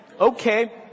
okay